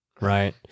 Right